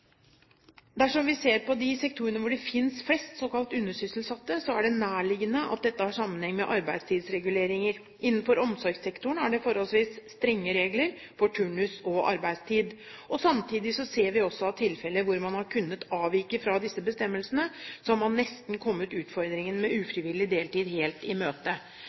Dersom vi ser på de sektorene hvor det finnes flest såkalt undersysselsatte, er det nærliggende at dette har sammenheng med arbeidstidsreguleringer. Innenfor omsorgssektoren er det forholdsvis strenge regler for turnus og arbeidstid. Samtidig ser vi altså at i tilfeller hvor man har kunnet avvike fra disse bestemmelsene, har man nesten kommet utfordringene med ufrivillig deltid helt i